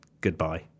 goodbye